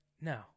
No